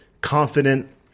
confident